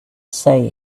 say